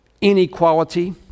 inequality